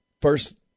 first